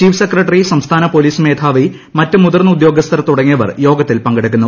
chief secretary സംസ്ഥാന police മേധാവി മറ്റ് മുതിർന്ന ഉദ്യോഗസ്ഥർ തുടങ്ങിയവർ യോഗത്തിൽ പങ്കെടുക്കുന്നു